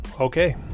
okay